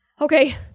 Okay